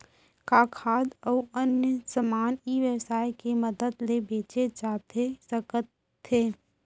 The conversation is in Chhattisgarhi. का खाद्य अऊ अन्य समान ई व्यवसाय के मदद ले बेचे जाथे सकथे?